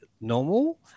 normal